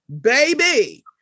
baby